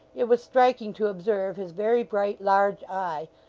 it was striking to observe his very bright large eye,